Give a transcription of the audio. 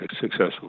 successful